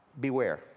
Beware